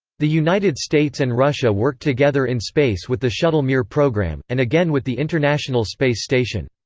the united states and russia worked together in space with the shuttle-mir program, and again with the international space station.